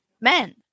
men